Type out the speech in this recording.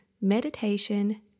meditation